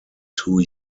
two